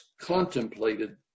contemplated